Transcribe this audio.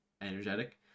energetic